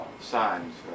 signs